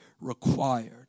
required